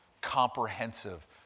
Comprehensive